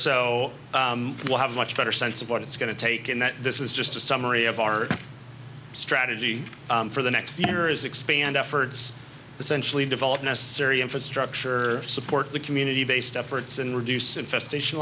so we'll have much better sense of what it's going to take in that this is just a summary of our strategy for the next year is expand efforts essentially develop necessary infrastructure support the community based efforts and reduce infestation